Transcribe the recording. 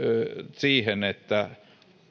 siihen että